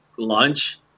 lunch